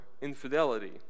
infidelity